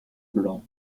blanc